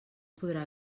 podrà